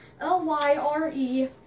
L-Y-R-E